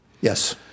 Yes